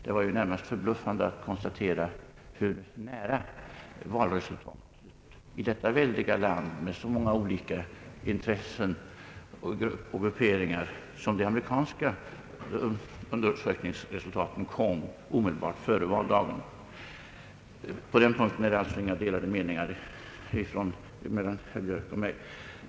Det var närmast förbluffande att konstatera, hur nära de amerikanska undersökningsresultaten omedelbart före valdagen kom valresultatet i detta väldiga land med så många olika intressen och grupperingar. På den punkten råder det alltså inga delade meningar mellan herr Björk och mig.